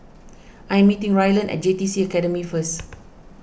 I am meeting Ryland at J TC Academy first